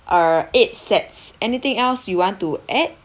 err eight sets anything else you want to add